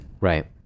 Right